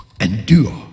Endure